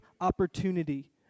opportunity